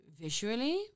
visually